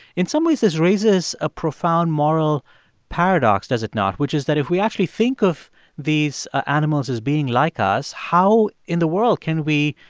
in some ways, this raises a profound moral paradox does it not? which is that, if we actually think of these animals as being like us, how in the world can we,